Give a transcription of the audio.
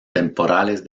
temporales